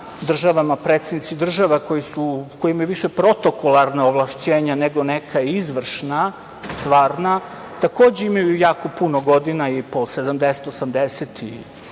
zemljama predsednici država koji više imaju protokolarna ovlašćenja nego neka izvršna, stvarna, takođe imaju jako puno godina, i po 70, 80 i